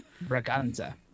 Braganza